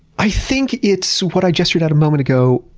i think, it's what i just read out a moment ago.